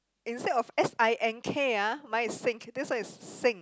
instead of S I N K ah mine is sink this one is sing